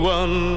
one